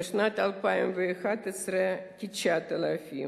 בשנת 2011 כ-9,000.